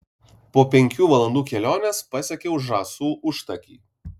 po penkių valandų kelionės pasiekiau žąsų užtakį